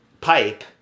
pipe